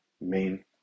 main